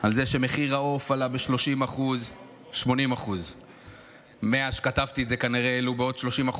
על זה שמחיר העוף עלה ב-30% 80%. 80%. מאז שכתבתי את זה כנראה העלו בעוד 30%,